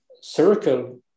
circle